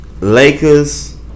Lakers